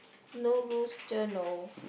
no rooster no